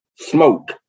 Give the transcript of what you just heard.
smoke